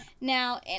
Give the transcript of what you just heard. Now